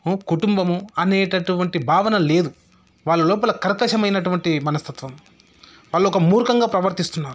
కుటుంబము అనేటటువంటి భావన లేదు వాళ్ళ లోపల కర్కశమైనటువంటి మనస్తత్వం వాళ్ళు ఒక మూర్ఖంగా ప్రవర్తిస్తున్నారు